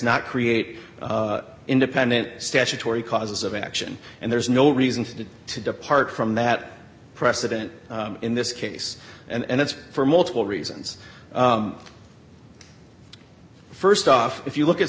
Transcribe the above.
not create independent statutory causes of action and there's no reason to depart from that precedent in this case and that's for multiple reasons first off if you look at